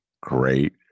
great